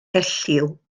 elliw